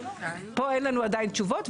פה אין לנו עדיין תשובות.